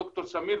ד"ר סמיר,